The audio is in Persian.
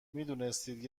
میدونستید